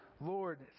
Lord